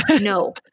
No